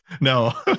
No